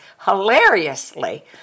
Hilariously